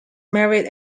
married